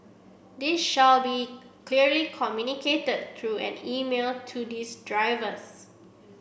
this shall be clearly communicated through an email to these drivers